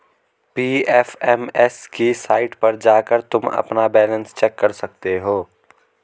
PFMS की site पर जाकर तुम अपना बैलन्स चेक कर सकते हो